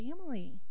family